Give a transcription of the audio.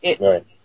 Right